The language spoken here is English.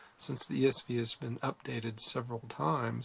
since the esv has been updated several times